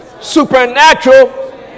supernatural